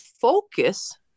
focus